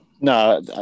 No